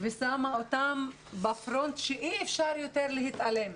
ושמה אותן בפרונט שאי אפשר יותר להתעלם.